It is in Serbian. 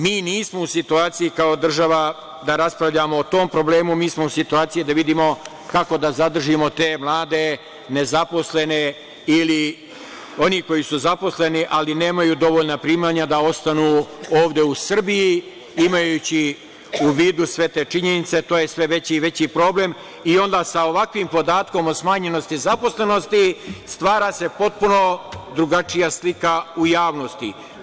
Mi nismo u situaciji kao država da raspravljamo o tom problemu, mi smo u situaciji da vidimo kako da zadržimo te mlade, nezaposlene ili one koji su zaposleni ali nemaju dovoljna primanja da ostanu ovde u Srbiji, imajući u vidu sve te činjenice, to je sve veći problem i onda sa ovakvim podatkom o stanjenosti zaposlenosti stvara se potpuno drugačija slika u javnosti.